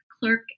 clerk